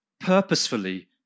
purposefully